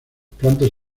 plantas